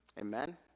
Amen